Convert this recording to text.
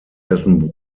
dessen